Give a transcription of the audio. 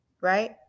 Right